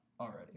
already